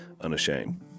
Unashamed